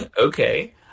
Okay